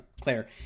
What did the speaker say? Claire